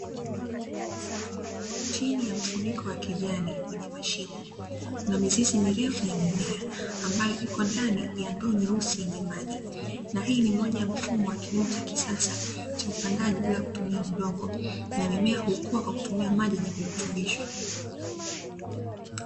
Chini ya mfuniko wa kijani wenye mashimo, kuna mizizi mirefu ya mimea ambayo iko ndani ya ndoo nyeusi yenye maji. Na hii ni moja ya mfumo wa kilimo cha kisasa cha upandaji bila ya kutumia udongo, na mimea hukua kwa kutumia maji yenye virutubisho.